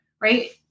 right